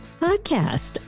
podcast